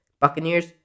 Buccaneers